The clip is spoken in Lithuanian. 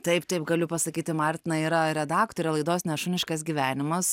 taip taip galiu pasakyti martina yra redaktorė laidos ne šuniškas gyvenimas